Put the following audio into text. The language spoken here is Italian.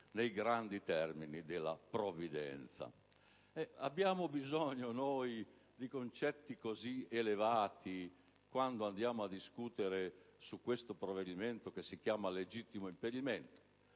nei grandi termini della Provvidenza. Abbiamo bisogno noi di concetti così elevati quando andiamo a discutere di un provvedimento come questo, in materia di legittimo impedimento?